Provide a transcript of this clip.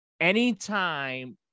anytime